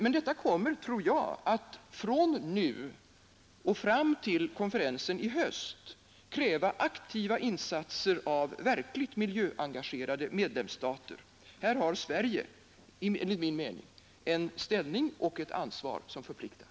Men detta kommer, tror jag, att från nu och fram till konferensen i höst kräva aktiva insatser av verkligt miljöengagerade medlemsstater. Här har Sverige enligt min mening en ställning och ett ansvar som förpliktar.